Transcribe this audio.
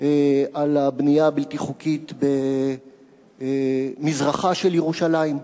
על הבנייה הבלתי-חוקית במזרחה של ירושלים.